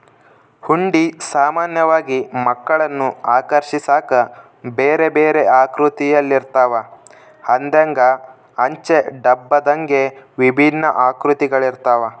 ಹುಂಡಿ ಸಾಮಾನ್ಯವಾಗಿ ಮಕ್ಕಳನ್ನು ಆಕರ್ಷಿಸಾಕ ಬೇರೆಬೇರೆ ಆಕೃತಿಯಲ್ಲಿರುತ್ತವ, ಹಂದೆಂಗ, ಅಂಚೆ ಡಬ್ಬದಂಗೆ ವಿಭಿನ್ನ ಆಕೃತಿಗಳಿರ್ತವ